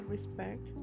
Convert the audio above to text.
respect